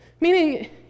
Meaning